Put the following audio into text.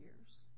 years